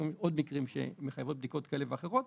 ויש עוד מקרים שמחייבים בדיקות כאלה ואחרות,